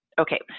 Okay